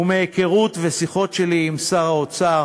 ומהיכרות ושיחות שלי עם שר האוצר,